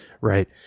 Right